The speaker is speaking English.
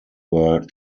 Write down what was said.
were